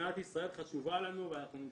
מדינת ישראל חשובה לנו ונמשיך